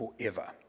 forever